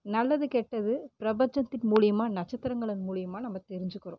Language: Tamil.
நல்லது கெட்டது பிரம்பசத்துக்கு மூலயுமா நட்சத்திரங்கள மூலயுமா நம்ம தெரிஞ்சிக்கிறோம்